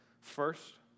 First